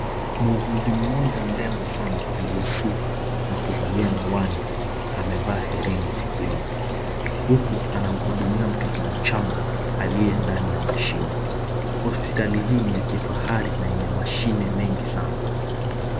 Muuguzi mmoja mrembo sana, aliyesuka na kuvalia miwani, amevaa herini sikioni. Huku anamhudumia mtoto mchanga, aliye ndani ya mashine. Hospitali hii ni ya kifahari, na ina mashine mengi sana.